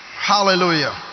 Hallelujah